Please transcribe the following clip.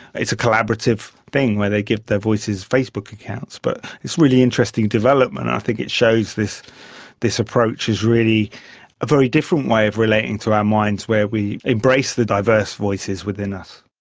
it's a collaborative thing where they give their voices facebook accounts. but it's a really interesting development. i think it shows this this approach is really a very different way of relating to our minds, where we embrace the diverse voices within us.